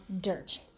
dirt